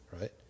right